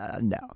no